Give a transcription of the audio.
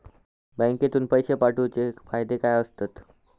बँकेतून पैशे पाठवूचे फायदे काय असतत?